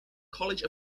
college